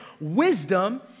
Wisdom